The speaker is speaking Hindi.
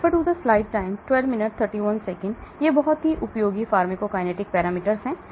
तो ये बहुत उपयोगी फार्माकोकाइनेटिक पैरामीटर हैं